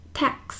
tax